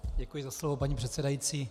Děkuji za slovo, paní předsedající.